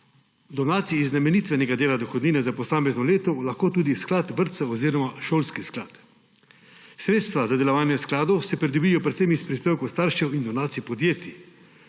donacij iz namenitvenega dela dohodnine za posamezno leto lahko tudi sklad vrtcev oziroma šolski sklad. Sredstva za delovanje skladov se pridobijo predvsem iz prispevkov staršev in donacij podjetij.